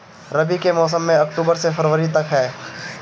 रबी के मौसम अक्टूबर से फ़रवरी तक ह